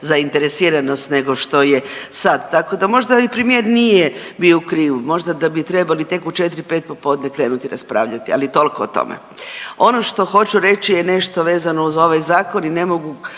zainteresiranost nego što je sad. Tako da možda i premijer nije bio u krivu, možda da bi trebali tek u četri, pet popodne krenuti raspravljati. Ali tolko o tome. Ono što hoću reći je nešto vezano uz ovaj zakon i ne mogu